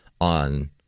on